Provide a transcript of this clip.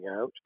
out